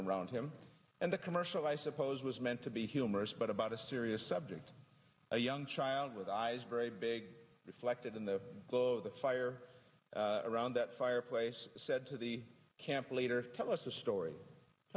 around him and the commercial i suppose was meant to be humorous but about a serious subject a young child with eyes very big reflected in the glow of the fire around that fireplace said to the camp leader tell us the story